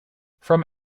from